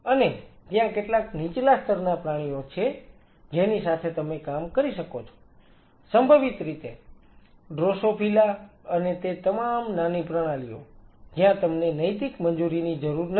અને ત્યાં કેટલાક નીચલા સ્તરના પ્રાણીઓ છે જેની સાથે તમે કામ કરી શકો છો સંભવિત રીતે ડ્રોસોફિલા અને તે તમામ નાની પ્રણાલીઓ જ્યાં તમને નૈતિક મંજૂરીની જરૂર નથી